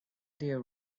dear